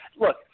Look